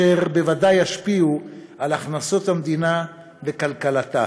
שכן הם בוודאי ישפיעו על הכנסות המדינה וכלכלתה.